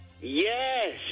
Yes